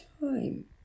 time